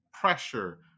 pressure